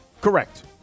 Correct